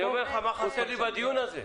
אגיד לך מה חסר לי בדיון הזה.